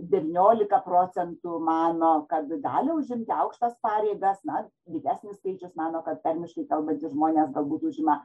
devyniolika procentų mano kad gali užimti aukštas pareigas na didesnis skaičius mano kad tarmiškai kalbantys žmonės galbūt užima